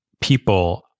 people